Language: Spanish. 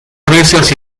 gruesas